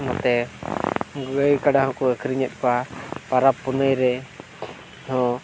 ᱱᱚᱛᱮ ᱜᱟᱹᱭ ᱠᱟᱰᱟ ᱦᱚᱸᱠᱚ ᱟᱹᱠᱷᱨᱤᱧᱮᱜ ᱠᱚᱣᱟ ᱯᱟᱨᱟᱵᱽ ᱯᱩᱱᱟᱹᱭ ᱨᱮ ᱦᱚᱸ